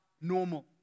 normal